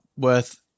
Worth